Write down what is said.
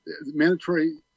mandatory